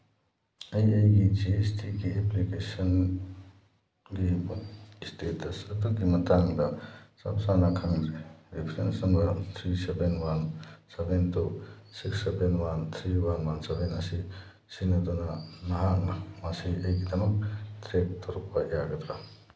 ꯑꯩ ꯑꯩꯒꯤ G S ꯇꯤꯒꯤ ꯑꯦꯄ꯭ꯂꯤꯀꯦꯁꯟꯒꯤ ꯏꯁꯇꯦꯇꯁ ꯑꯗꯨꯒꯤ ꯃꯇꯥꯡꯗ ꯆꯞ ꯆꯥꯅ ꯈꯪꯗ꯭ꯔꯦ reference number three seven one seven two six seven one three one one seven ꯑꯁꯤ ꯁꯤꯖꯤꯟꯅꯗꯨꯅ ꯅꯍꯥꯛꯅ ꯃꯁꯤ ꯑꯩꯒꯤꯗꯃꯛ ꯇ꯭ꯔꯦꯛ ꯇꯧꯔꯛꯄ ꯌꯥꯒꯗ꯭ꯔꯥ